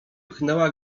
pchnęła